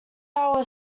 hourly